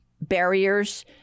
barriers